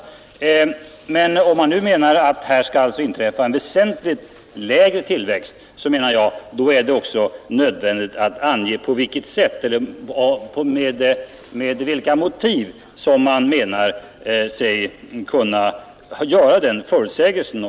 Om man nu från motionärernas sida räknar med en väsentligt lägre tillväxt är det nödvändigt att de talar om på vilka grunder man menar sig kunna göra den förutsägelsen.